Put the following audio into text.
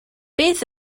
beth